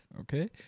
okay